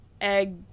egg